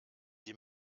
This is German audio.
die